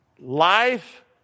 Life